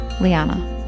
Liana